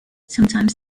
sometimes